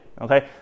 okay